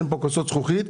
אין פה כוסות זכוכית.